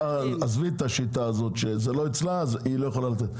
עזבי את הגישה של: "זה לא אצלה אז היא לא יכולה לתת".